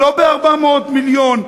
לא ב-400 מיליון,